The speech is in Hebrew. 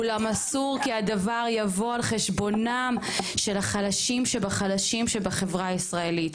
אולם אסור כי הדבר יבוא על חשבונם של החלשים שבחלשים שבחברה הישראלית,